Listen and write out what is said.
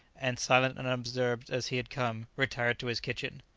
and, silent and unobserved as he had come, retired to his kitchen.